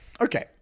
okay